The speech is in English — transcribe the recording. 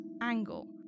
angle